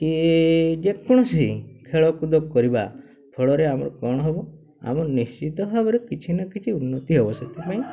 କି ଯେକୌଣସି ଖେଳକୁଦ କରିବା ଫଳରେ ଆମର କ'ଣ ହେବ ଆମ ନିଶ୍ଚିତ ଭାବରେ କିଛି ନା କିଛି ଉନ୍ନତି ହେବ ସେଥିପାଇଁ